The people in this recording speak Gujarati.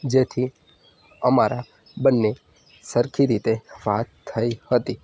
જેથી અમારા બંને સરખી રીતે વાત થઈ હતી